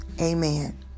Amen